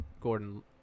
Gordon